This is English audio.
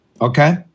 Okay